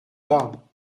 pas